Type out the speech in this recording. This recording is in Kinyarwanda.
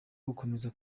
gukomeza